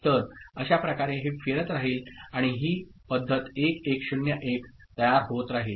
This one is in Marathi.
तर अशाप्रकारे हे फिरत राहिल आणि ही पद्धत 1 1 0 1 तयार होत राहील